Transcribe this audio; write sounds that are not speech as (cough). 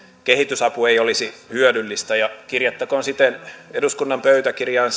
kehitysapu ei olisi hyödyllistä ja kirjattakoon eduskunnan pöytäkirjaan (unintelligible)